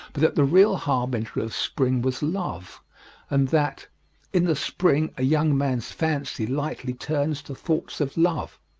but that the real harbinger of spring was love and that in the spring a young man's fancy lightly turns to thoughts of love.